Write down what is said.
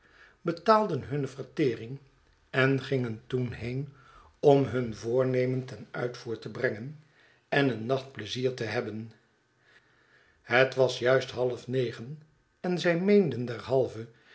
betaalden bunne vertering en gingen toen heen ora hun voornemen ten uitvoer te brengen en een nacbt pleizier te bebben het was juist half negen en zij meenden derhalve